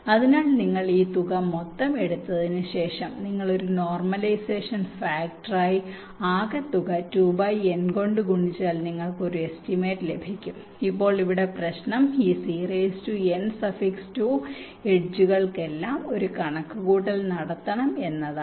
അതിനാൽ നിങ്ങൾ ഈ തുക മൊത്തം എടുത്തതിനുശേഷം നിങ്ങൾ ഒരു നോർമലൈസഷൻ ഫാക്ടർ ആയി ആകെ തുക 2n കൊണ്ട് ഗുണിച്ചാൽ നിങ്ങൾക്ക് ഒരു എസ്റ്റിമേറ്റ് ലഭിക്കും ഇപ്പോൾ ഇവിടെ പ്രശ്നം ഈ Cn2 എഡ്ജുകൾക്കെല്ലാം ഒരു കണക്കുകൂട്ടൽ നടത്തണം എന്നതാണ്